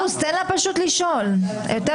פינדרוס, תן לה פשוט לשאול, יותר פשוט.